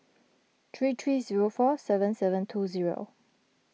three three zero four seven seven two zero